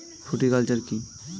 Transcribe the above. Fruticulture কী?